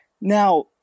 Now